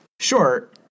short